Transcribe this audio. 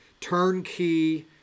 turnkey